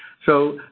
so,